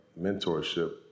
mentorship